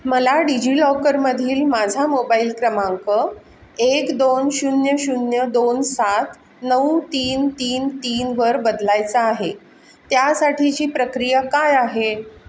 मला डिजि लॉकरमधील माझा मोबाईल क्रमांक एक दोन शून्य शून्य दोन सात नऊ तीन तीन तीनवर बदलायचा आहे त्यासाठीची प्रक्रिया काय आहे